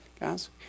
guys